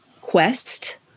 quest